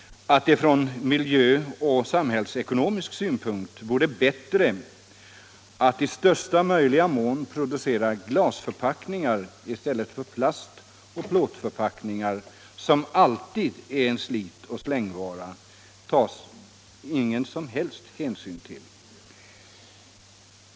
Att det från miljöoch samhällsekonomisk synpunkt vore bättre att i största möjliga mån producera glasförpackningar i stället för plastoch plåtförpackningar, som alltid är slit-ochsläng-varor, tas ingen som helst hänsyn till.